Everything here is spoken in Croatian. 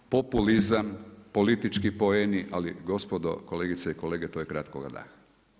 Populizam, politički poeni, ali gospodo, kolegice i kolege to je kratkoga daha.